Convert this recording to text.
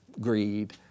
greed